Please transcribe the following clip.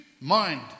mind